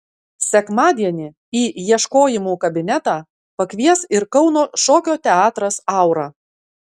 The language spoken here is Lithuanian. sekmadienį į ieškojimų kabinetą pakvies ir kauno šokio teatras aura